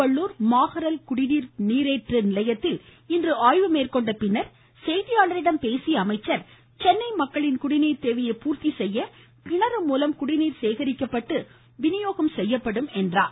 திருவள்ளுர் மாகரல் குடிநீர் நீரேற்று நிலையத்தில் இன்று ஆய்வு மேற்கொண்ட பின் செய்தியாளர்களிடம் பேசிய அவர் சென்னை மக்களின் குடிநீர் தேவையை பூர்த்தி செய்ய கிணறு மூலம் குடிநீர் சேகரிக்கப்பட்டு வினியோகம் செய்யப்படும் என்றார்